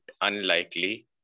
unlikely